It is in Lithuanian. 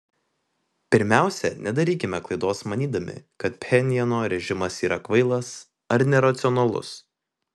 pirmiausia nedarykime klaidos manydami kad pchenjano režimas yra kvailas ar neracionalus